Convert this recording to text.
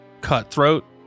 cutthroat